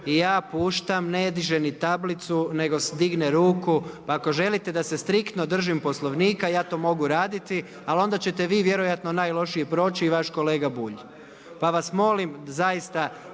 I ja puštam, ne diže ni tablicu, nego digne ruku, pa ako želite da se striktno držim Poslovnika, ja to mogu raditi, ali onda ćete vi vjerojatno najlošije proći i vaš kolega Bulj. Pa vas molim, zaista